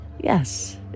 Yes